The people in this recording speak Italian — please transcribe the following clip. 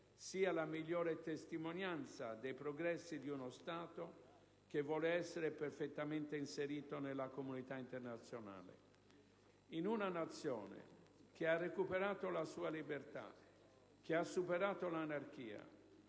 sia la migliore testimonianza dei progressi di uno Stato che vuole essere perfettamente inserito nella comunità internazionale. In una Nazione che ha recuperato la sua libertà, che ha superato l'anarchia,